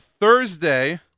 Thursday